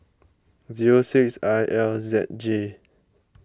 zero six I L Z J